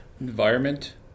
environment